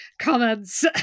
comments